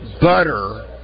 butter